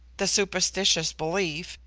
the superstitious belief,